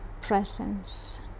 presence